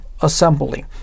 assembly